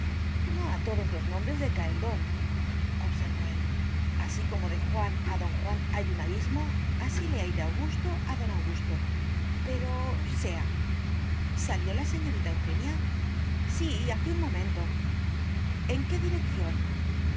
no a todos los nombres les cae el donobservó él así como de juan a don juan hay un abismo así le hay de augusto a don augusto pero sea salió la señorita eugenia sí hace un momento en qué dirección